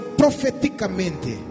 profeticamente